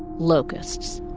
locusts.